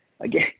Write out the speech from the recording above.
again